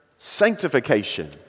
sanctification